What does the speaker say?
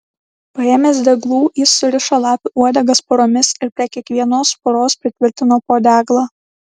paėmęs deglų jis surišo lapių uodegas poromis ir prie kiekvienos poros pritvirtino po deglą